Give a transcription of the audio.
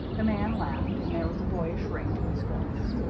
the man laughed and there was a boyish ring to his voice.